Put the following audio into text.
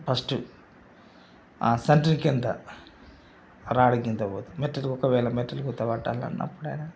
first సెంట్రింగ్కి ఎంత రాడుకి ఇంత పోతుంది మెట్లుకు ఒకవేళ మెట్లులకు ఇంత పెట్టాలన్నప్పుడు